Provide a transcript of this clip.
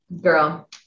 Girl